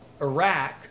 Iraq